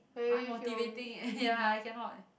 unmotivating and ya I cannot